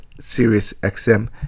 SiriusXM